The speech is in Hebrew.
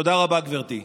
תודה רבה, גברתי.